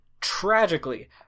tragically